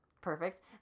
Perfect